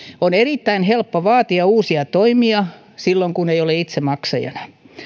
on erittäin helppo vaatia uusia toimia silloin kun ei ole itse maksajana